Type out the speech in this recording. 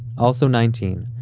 also nineteen,